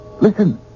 listen